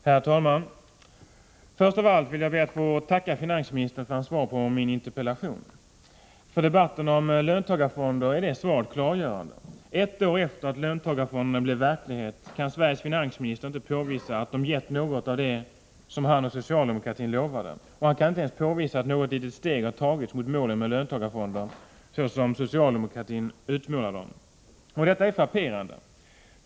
Herr talman! Först av allt vill jag be att få tacka finansministern för hans svar på min interpellation. För debatten om löntagarfonder är svaret klargörande. Ett år efter det att löntagarfonderna blev verklighet kan Sveriges finansminister inte påvisa att de gett något av det som han och socialdemokratin lovade. Han kan inte ens påvisa att något litet steg har tagits mot målen med löntagarfonder, som socialdemokratin utmålade dem. Detta är frapperande.